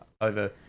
over